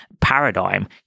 paradigm